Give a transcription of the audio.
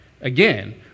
again